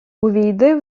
увійди